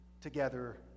together